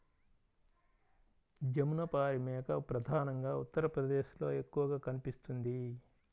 జమునపారి మేక ప్రధానంగా ఉత్తరప్రదేశ్లో ఎక్కువగా కనిపిస్తుంది